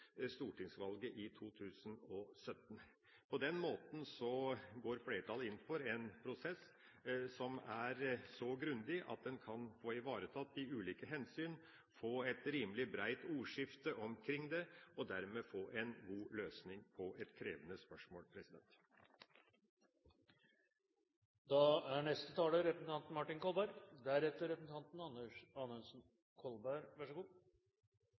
stortingsvalget i 2017. På den måten går flertallet inn for en prosess som er så grundig at en kan få ivaretatt de ulike hensyn, få et rimelig bredt ordskifte omkring det og dermed få en god løsning på et krevende spørsmål La meg først si at for Arbeiderpartiets del og for Arbeiderpartiets stortingsgruppes del er